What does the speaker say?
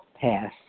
Pass